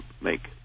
make